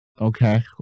Okay